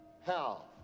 Hell